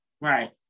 Right